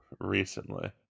recently